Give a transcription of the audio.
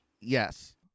Yes